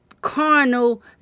carnal